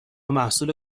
محصول